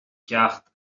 ceacht